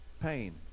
pain